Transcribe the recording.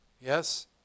Yes